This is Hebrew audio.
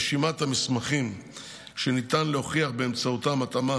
רשימת המסמכים שניתן להוכיח באמצעותם התאמה